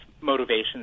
motivation